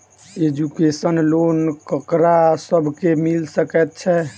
Education loan ककरा सब केँ मिल सकैत छै?